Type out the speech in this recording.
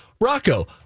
Rocco